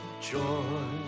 joy